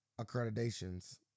accreditations